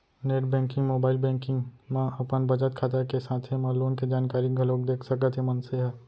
net banking, mobile banking म अपन बचत खाता के साथे म लोन के जानकारी घलोक देख सकत हे मनसे ह